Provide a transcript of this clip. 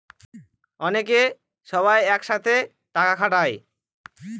অনেকে সবাই এক সাথে টাকা খাটায়